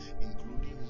including